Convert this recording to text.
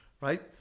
right